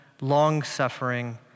long-suffering